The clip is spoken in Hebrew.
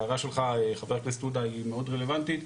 ההערה שלך ח"כ עודה היא מאוד רלוונטית.